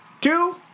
two